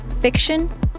fiction